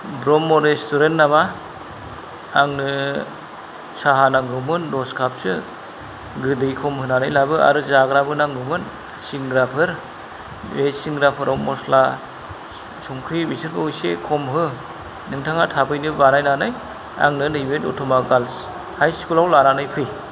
Brahma restaurant नामा आंनो साहा नांगौमोन दस काप सो गोदै खम होनानै लाबो आरो जाग्राबो नांगौमोन सिंग्राफोर बे सिंग्राफोराव मसला संख्रि बिसोरखौ इसे खम हो नोंथाङा थाबैनो बानायनानै आंनो नैबे दतमा गार्ल्स हाई स्कुल आव लानानै फै